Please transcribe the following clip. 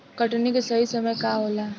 कटनी के सही समय का होला?